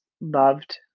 loved